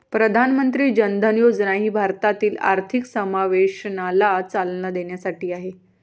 प्रधानमंत्री जन धन योजना ही भारतातील आर्थिक समावेशनाला चालना देण्यासाठी आहे